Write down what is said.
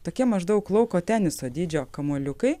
tokie maždaug lauko teniso dydžio kamuoliukai